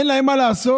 אין להם מה לעשות?